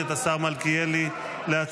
אנחנו נעבור לנושא הבא שעל סדר-היום,